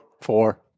Four